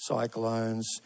cyclones